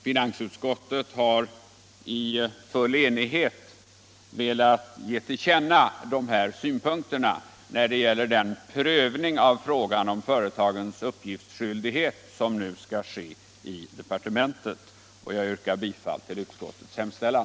Finansutskottet har i full enighet velat anföra dessa synpunkter inför den prövning av frågan om företagens uppgiftsskyldighet som nu skall ske i departementet. Jag yrkar bifall till utskottets hemställan.